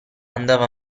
andava